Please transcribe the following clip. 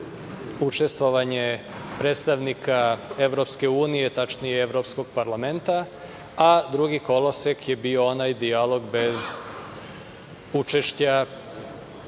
učestvovanje predstavnika Evropske unije, tačnije Evropskog parlamenta, a drugi kolosek je bio onaj dijalog bez učešća